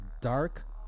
dark